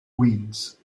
winds